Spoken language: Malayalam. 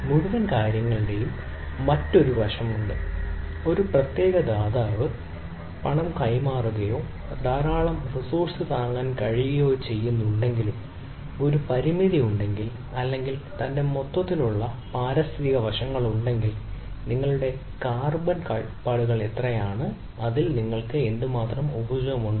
മുഴുവൻ കാര്യങ്ങളുടെയും മറ്റൊരു വശമുണ്ട് ഒരു പ്രത്യേക ദാതാവ് പണം പറയുകയോ ധാരാളം റിസോഴ്സ് താങ്ങാൻ കഴിയുകയോ ചെയ്യുന്നുണ്ടെങ്കിലും ഒരു പരിമിതി ഉണ്ടെങ്കിൽ അല്ലെങ്കിൽ അതിന്റെ മൊത്തത്തിലുള്ള പാരിസ്ഥിതിക വശങ്ങളുണ്ട് നിങ്ങളുടെ കാർബൺ കാൽപ്പാടുകൾ എത്രയാണ് നിങ്ങൾക്ക് എത്ര ഊർജ്ജ വിഭവമുണ്ട്